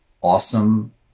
awesome